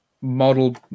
model